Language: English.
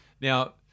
Now